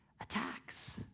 attacks